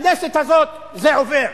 בכנסת הזאת זה עובר.